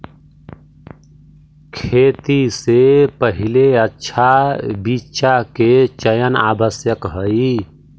खेती से पहिले अच्छा बीचा के चयन आवश्यक हइ